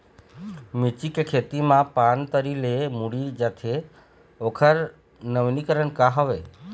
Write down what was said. मिर्ची के खेती मा पान तरी से मुड़े जाथे ओकर नवीनीकरण का हवे?